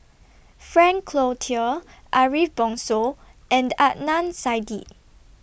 Frank Cloutier Ariff Bongso and Adnan Saidi